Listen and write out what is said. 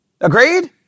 Agreed